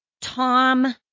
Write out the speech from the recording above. Tom